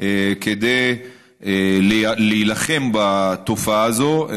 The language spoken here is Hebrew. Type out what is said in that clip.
כדי להילחם בתופעה הזאת.